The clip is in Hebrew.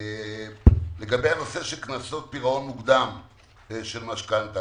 לגבי הנושא של קנסות פירעון מוקדם של משכנתה.